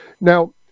Now